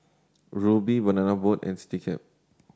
Rubi Banana Boat and Citycab